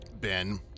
Ben